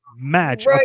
match